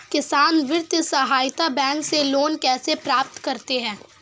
किसान वित्तीय सहायता बैंक से लोंन कैसे प्राप्त करते हैं?